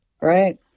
Right